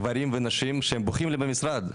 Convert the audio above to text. גברים ונשים שהם בוכים לי במשרד,